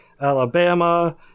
Alabama